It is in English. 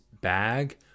bag